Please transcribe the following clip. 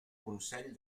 consell